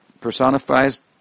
personifies